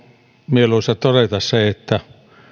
mieluisaa todeta se että